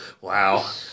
Wow